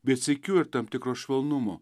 bet sykiu ir tam tikro švelnumo